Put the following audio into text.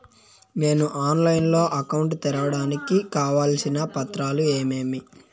నేను ఆన్లైన్ లో అకౌంట్ తెరవడానికి కావాల్సిన పత్రాలు ఏమేమి?